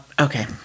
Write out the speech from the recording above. okay